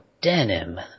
denim